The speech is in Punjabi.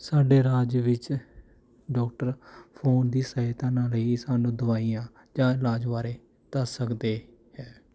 ਸਾਡੇ ਰਾਜ ਵਿੱਚ ਡੋਕਟਰ ਫੋਨ ਦੀ ਸਹਾਇਤਾ ਨਾਲ ਹੀ ਸਾਨੂੰ ਦਵਾਈਆਂ ਜਾਂ ਇਲਾਜ ਬਾਰੇ ਦੱਸ ਸਕਦੇ ਹੈ